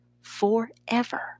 forever